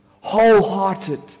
wholehearted